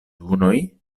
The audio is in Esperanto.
dunoj